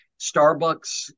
Starbucks